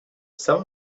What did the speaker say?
some